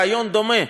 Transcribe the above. רעיון דומה,